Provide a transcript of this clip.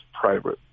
private